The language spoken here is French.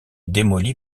démoli